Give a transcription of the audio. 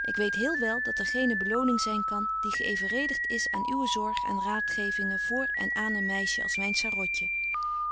ik weet heel wel dat er geene beloning zyn kan die geëvenredigt is aan uwe zorg en raadgevingen voor en aan een meisje als myn sarotje